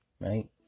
right